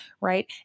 right